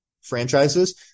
franchises